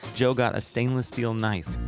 joe got a stainless steel knife.